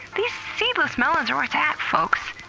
these seedless melons are where it's at, folks.